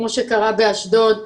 כמו שקרה באשדוד,